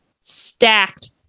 stacked